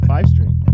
Five-string